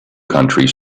countries